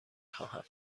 خواهم